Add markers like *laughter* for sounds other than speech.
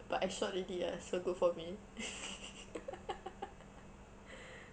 but I short lady ah so good for me *laughs*